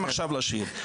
אתה יכול גם עכשיו לשיר.